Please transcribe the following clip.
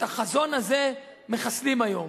את החזון הזה מחסלים היום,